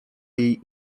jej